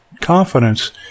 confidence